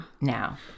now